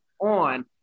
on